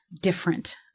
different